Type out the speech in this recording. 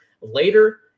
later